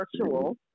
virtual